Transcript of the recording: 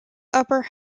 upper